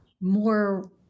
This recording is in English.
more